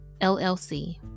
LLC